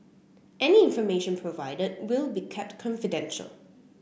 any information provided will be kept confidential